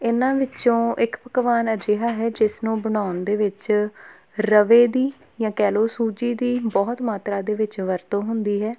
ਇਹਨਾਂ ਵਿੱਚੋਂ ਇੱਕ ਪਕਵਾਨ ਅਜਿਹਾ ਹੈ ਜਿਸ ਨੂੰ ਬਣਾਉਣ ਦੇ ਵਿੱਚ ਰਵੇ ਦੀ ਜਾਂ ਕਹਿ ਲਓ ਸੂਜੀ ਦੀ ਬਹੁਤ ਮਾਤਰਾ ਦੇ ਵਿੱਚ ਵਰਤੋਂ ਹੁੰਦੀ ਹੈ